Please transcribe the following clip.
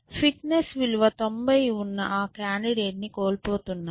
fitness విలువ 98 ఉన్న ఆ కాండిడేట్ ని కోల్పోతున్నామా